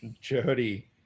Jody